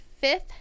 Fifth